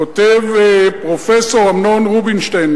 כותב פרופסור אמנון רובינשטיין,